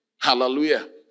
Hallelujah